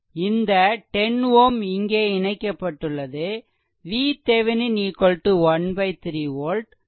இந்த 10 Ω இங்கே இணைக்கப்பட்டுள்ளது VThevenin 13 volt RThevenin 13